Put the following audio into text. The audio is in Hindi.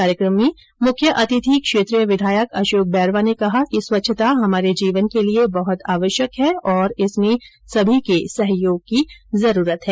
कार्यकम में मुख्य अतिथि क्षेत्रीय विधायक अशोक बैरवा ने कहा कि स्वच्छता हमारे जीवन के लिये बहुत आवश्यक है और इसमें सभी के सहयोग की जरूरत है